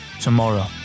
tomorrow